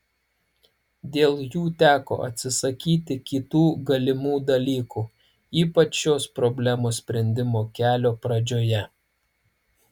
dėl jų teko atsisakyti kitų galimų dalykų ypač šios problemos sprendimo kelio pradžioje